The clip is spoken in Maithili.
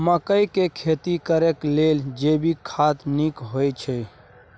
मकई के खेती करेक लेल जैविक खाद नीक होयछै?